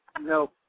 No